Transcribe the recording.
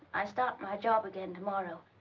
i start my job again tomorrow.